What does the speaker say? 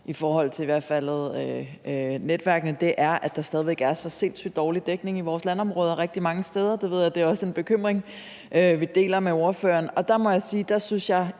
i forhold til netværkene er, at der stadig er så sindssyg dårlig dækning i vores landområder rigtig mange steder. Jeg ved, det er en bekymring, vi deler med ordføreren, og der må jeg sige, at der synes jeg